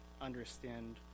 understand